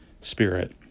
Spirit